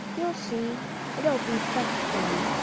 you'll see it'll be such fun.